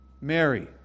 Mary